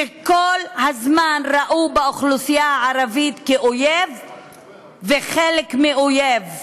שכל הזמן ראו באוכלוסייה הערבית אויב וחלק מאויב.